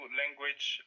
language